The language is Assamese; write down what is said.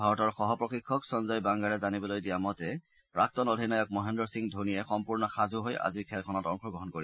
ভাৰতৰ সহঃপ্ৰশিক্ষক সঞ্জয় বাংগাৰে জানিবলৈ দিয়া মতে প্ৰাক্তন অধিনায়ক মহেন্দ্ৰ সিং ধোনীয়ে সম্পূৰ্ণ সাজু হৈ আজিৰ খেলখনত অংশগ্ৰহণ কৰিব